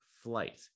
flight